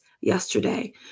yesterday